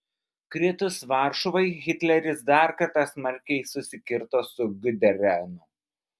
kritus varšuvai hitleris dar kartą smarkiai susikirto su guderianu